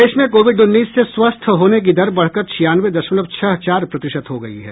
प्रदेश में कोविड उन्नीस से स्वस्थ होने की दर बढ़कर छियानवे दशमलव छह चार प्रतिशत हो गयी है